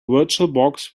virtualbox